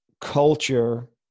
culture